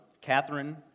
Catherine